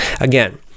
Again